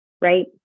right